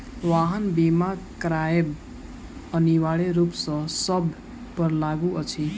वाहन बीमा करायब अनिवार्य रूप सॅ सभ पर लागू अछि